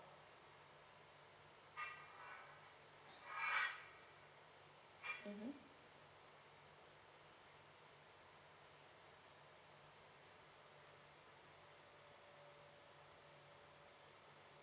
mmhmm